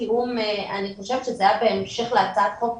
אני חושבת שזה היה בהמשך להצעת חוק פרטית,